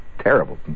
Terrible